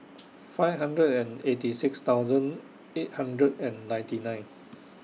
five hundred and eighty six thousand eight hundred and ninety nine